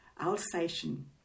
Alsatian